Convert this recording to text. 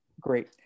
great